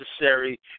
necessary